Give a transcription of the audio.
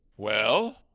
well?